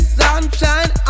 sunshine